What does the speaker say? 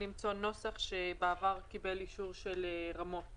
למצוא נוסח שבעבר קיבל אישור של רמו"ט